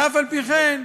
ואף-על-פי-כן,